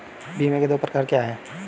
बीमा के दो प्रकार क्या हैं?